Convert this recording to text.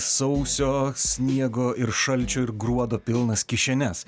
sausio sniego ir šalčio ir gruodo pilnas kišenes